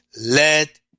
Let